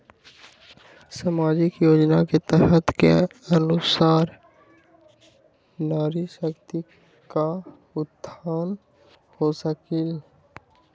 सामाजिक योजना के तहत के अनुशार नारी शकति का उत्थान हो सकील?